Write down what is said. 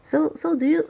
so so do you